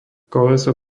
koleso